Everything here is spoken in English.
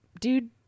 dude